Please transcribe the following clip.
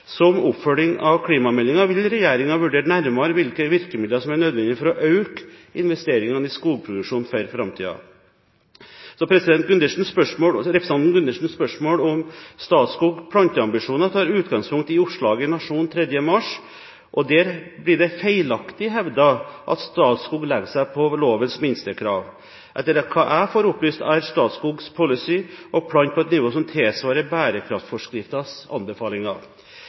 Som oppfølging av klimameldingen vil regjeringen vurdere nærmere hvilke virkemidler som er nødvendig for å øke investeringene i skogproduksjon for framtiden. Representanten Gundersens spørsmål om Statskogs planteambisjoner tar utgangspunkt i oppslaget i Nationen 3. mai. Der blir det feilaktig hevdet at Statskog legger seg på lovens minstekrav. Etter hva jeg får opplyst, er Statskogs policy å plante på et nivå som tilsvarer bærekraftforskriftens anbefalinger.